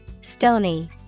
Stony